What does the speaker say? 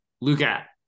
Luca